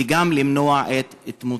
וגם למנוע את מותם.